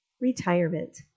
Retirement